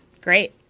Great